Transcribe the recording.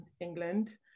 England